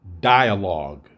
dialogue